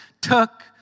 took